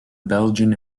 belgian